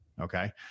Okay